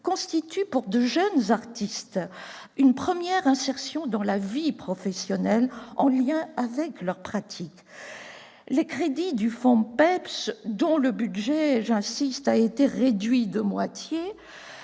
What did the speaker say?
pour de nombreux jeunes artistes une première insertion dans la vie professionnelle en lien avec leur pratique. Les crédits du FONPEPS, dont le budget- j'insiste sur ce point -a été réduit de moitié,